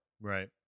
Right